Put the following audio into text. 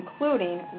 including